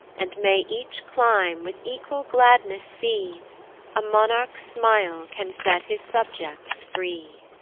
and may each clime with equal gladness see a monarch's smile can set his subjects free!